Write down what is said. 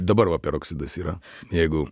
dabar va peroksidas yra jeigu